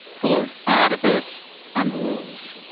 full of artifice and rules.